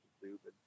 stupid